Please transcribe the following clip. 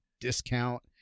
discount